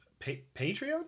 Patreon